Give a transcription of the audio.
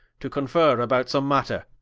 to conferre about some matter